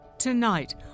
Tonight